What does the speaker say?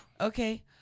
okay